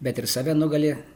bet ir save nugali